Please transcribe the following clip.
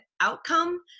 outcome